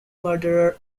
murder